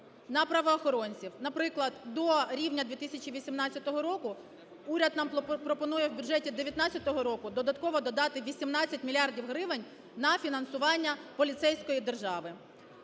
на правоохоронців. Наприклад, до рівня 2018 року уряд нам пропонує в бюджеті 19-го року додатково додати 18 мільярдів гривень на фінансування поліцейської держави.